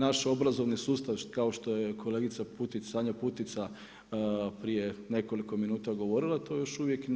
Naš obrazovni sustav kao što je kolegica Sanja Putica prije nekoliko minuta govorila to još uvijek